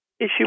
issue